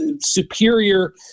superior